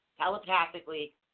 telepathically